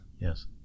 Yes